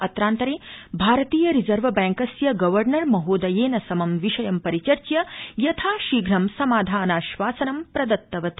अत्रान्तरे भारतीय रिजर्व बैंकस्य गवर्नर महोदयेन समं विषयं परिचर्च्य यथाशीघ्रं समाधानाश्वासनं प्रदत्तवती